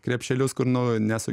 krepšelius kur nu nesu